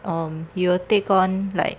um you will take on like